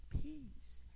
peace